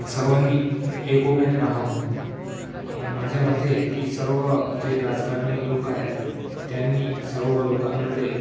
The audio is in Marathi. अन सर्वांनी एकोप्याने राहावं माझ्या मते की सर्व जे राजकारणी लोकं आहेत त्यांनी सर्व लोकांमध्ये